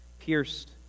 Pierced